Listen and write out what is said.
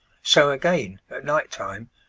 so again, at night-time,